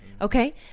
Okay